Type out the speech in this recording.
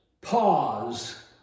pause